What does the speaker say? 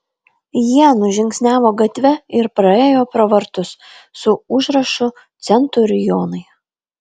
jie nužingsniavo gatve ir praėjo pro vartus su užrašu centurionai